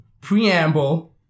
preamble